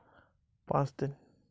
নতুন বেনিফিসিয়ারি জন্য কত সময় লাগবে?